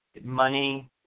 money